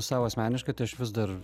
sau asmeniškai tai aš vis dar